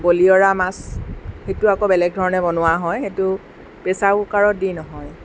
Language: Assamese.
বলিয়ৰা মাছ সেইটো আকৌ বেলেগ ধৰণে বনোৱা হয় সেইটো প্ৰেছাৰ কুকাৰত দি নহয়